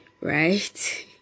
right